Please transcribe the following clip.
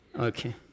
Okay